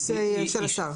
שי, אפשר אולי בכל זאת לשקול.